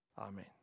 Amen